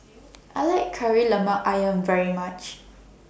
I like Kari Lemak Ayam very much